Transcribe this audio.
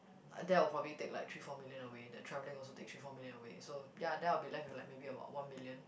that would probably take like three four million away the traveling also take three four million away so ya then I will be left with like maybe about one million